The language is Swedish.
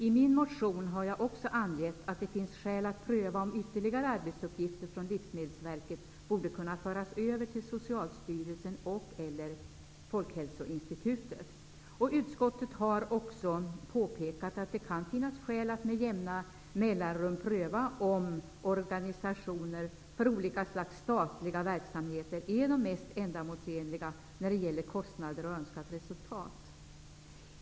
I min motion har jag också angett att det finns skäl att pröva om ytterligare arbetsuppgifter från Livsmedelsverket borde kunna föras över till Utskottet har också påpekat att det kan finnas skäl att med jämna mellanrum pröva om organisationer för olika slags statliga verksamheter är de mest ändamålsenliga när det gäller kostnader och önskat resultat.